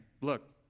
look